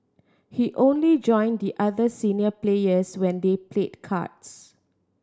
he only join the other senior players when they played cards